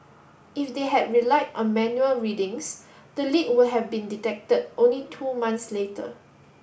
if they had relied on manual readings the leak would have been detected only two months later